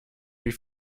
wie